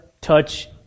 touch